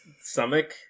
stomach